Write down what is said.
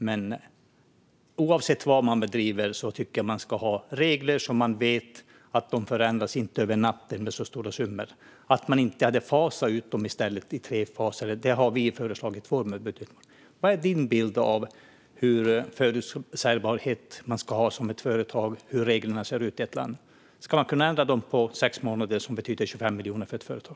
Men oavsett vilken näring som bedrivs ska det finnas regler som inte förändras över en natt eller som innebär förändringar med så stora summor. Varför vill ni inte fasa ut subventionerna i tre faser i stället? Det är vad vi har föreslagit i vår budget. Vilken förutsägbarhet tycker du att ett företag ska kunna ha när det gäller reglerna i ett land? Ska de kunna ändras på sex månader, vilket innebär ett tapp på 25 miljoner för ett företag?